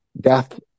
death